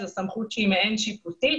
זו סמכות שהיא מעין שיפוטית,